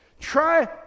Try